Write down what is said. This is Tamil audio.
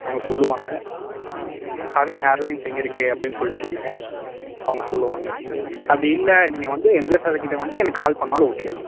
அங்கே சொல்லுவாங்க கவி ஹேர் லைன்ஸ் எங்கே இருக்குது அப்படின் சொல்லிட்டு கேளுங்க அவங்க சொல்லுவாங்க அப்படி இல்லை நீங்கள் வந்து எம்ஜிஆர் சிலைக்கிட்ட வந்துட்டு எனக்கு கால் பண்ணிணாலும் ஓகே தான்